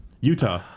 Utah